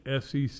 SEC